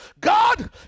God